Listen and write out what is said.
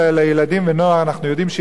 אנחנו יודעים שיש היום מצב קשה,